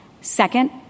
Second